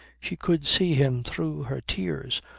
she could see him through her tears,